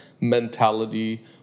mentality